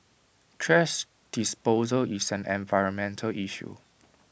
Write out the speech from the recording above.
thrash disposal is an environmental issue